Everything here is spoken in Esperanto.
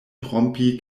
trompi